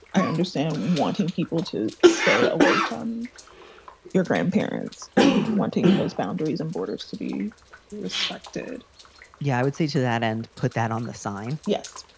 i understand wanting people to stay away from your grandparents and wanting those boundaries and borders to be respected yeah, i would say to that end, put that on the sign. yes.